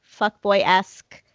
fuckboy-esque